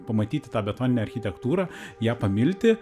pamatyti tą betoninę architektūrą ją pamilti